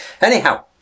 Anyhow